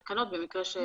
תודה.